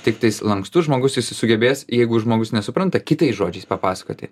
tiktai lankstus žmogus jisai sugebės jeigu žmogus nesupranta kitais žodžiais papasakoti